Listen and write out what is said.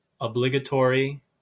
obligatory